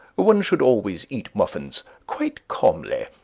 one should always eat muffins quite calmly.